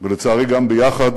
ולצערי גם ביחד,